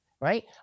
Right